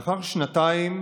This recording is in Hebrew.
לאחר שנתיים